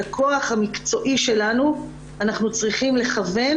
את הכוח המקצועי שלנו אנחנו צריכים לכוון